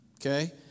okay